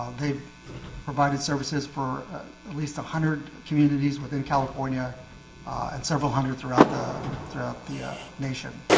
they've provided services for at least a hundred communities within, california and several hundred throughout the throughout the nation,